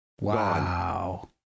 wow